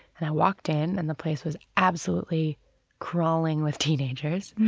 and i walked in and the place was absolutely crawling with teenagers,